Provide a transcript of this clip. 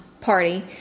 party